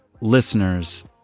listeners